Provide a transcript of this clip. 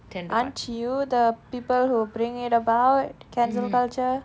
aren't you the people who bring it about cancel culture